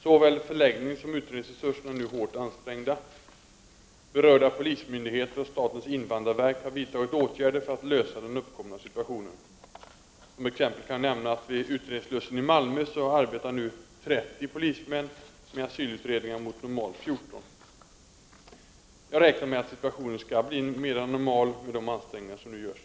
Såväl förläggningssom utredningsresurserna är nu hårt ansträngda. Berörda polismyndigheter och statens invandrarverk har vidtagit åtgärder för att lösa den uppkomna situationen. Som exempel kan jag nämna att vid utredningsslussen i Malmö arbetar nu 30 polismän med asylutredningar mot normalt 14. Jag räknar med att situationen skall bli mera normal med de ansträngningar som nu görs.